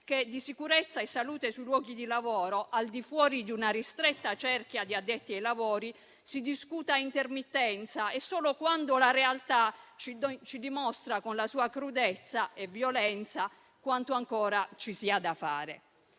che di sicurezza e salute sui luoghi di lavoro, al di fuori di una ristretta cerchia di addetti ai lavori, si discute ad intermittenza e solo quando la realtà ci dimostra, con la sua crudezza e violenza, quanto ancora ci sia da fare.